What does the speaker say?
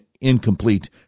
incomplete